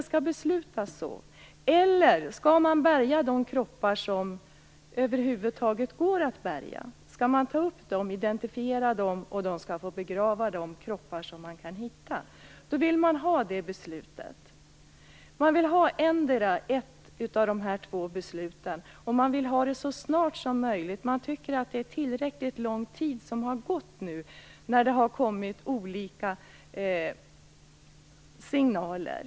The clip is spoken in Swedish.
Skall man bärga de kroppar som över huvud taget går att bärga, ta upp dem och identifiera dem så att de kroppar som går att finna kan begravas? De anhöriga vill ha beslut om ett av dessa två alternativ så snart som möjligt, eftersom de tycker att det nu har gått tillräckligt lång tid då de fått olika signaler.